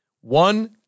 One